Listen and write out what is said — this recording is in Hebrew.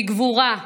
בגבורה,